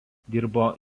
dirbo